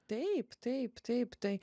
taip taip taip tai